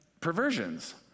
perversions